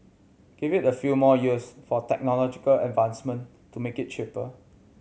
give it a few more years for technological advancement to make it cheaper